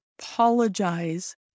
apologize